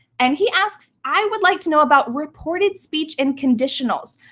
and he asks, i would like to know about reported speech and conditionals.